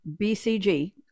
BCG